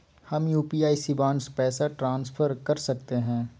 हम यू.पी.आई शिवांश पैसा ट्रांसफर कर सकते हैं?